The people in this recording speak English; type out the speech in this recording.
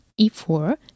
e4